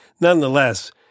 nonetheless